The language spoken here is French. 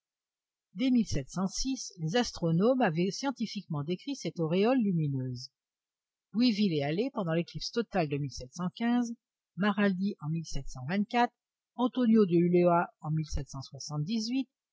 dès les astronomes avaient scientifiquement décrit cette auréole lumineuse louville et halley pendant l'éclipse totale de maraldi en antonio de ulloa en